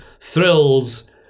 thrills